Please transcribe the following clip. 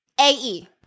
AE